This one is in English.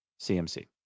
CMC